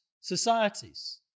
societies